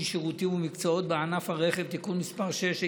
שירותים ומקצועות בענף הרכב (תיקון מס' 6),